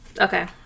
okay